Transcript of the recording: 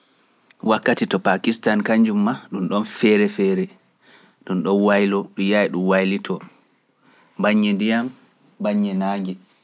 Wakkati to Pakistani kañjum maa ɗum ɗon feere feere, ɗum ɗo waylo ɗum yaay ɗum waylitoo, mbaññee ndiyam, mbaññee naaje.